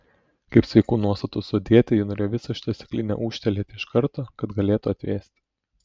kaip sveikų nuostatų sodietė ji norėjo visą šitą stiklinę ūžtelėti iš karto kad galėtų atvėsti